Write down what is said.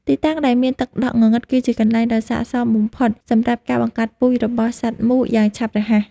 ទីតាំងដែលមានទឹកដក់ងងឹតគឺជាកន្លែងដ៏ស័ក្តិសមបំផុតសម្រាប់ការបង្កាត់ពូជរបស់សត្វមូសយ៉ាងឆាប់រហ័ស។